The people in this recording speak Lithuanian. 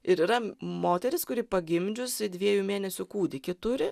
ir yra moteris kuri pagimdžiusi dviejų mėnesių kūdikį turi